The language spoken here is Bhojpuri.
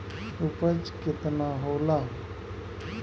उपज केतना होला?